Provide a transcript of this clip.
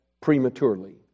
prematurely